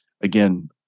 again